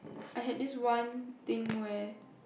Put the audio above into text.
I had this one thing where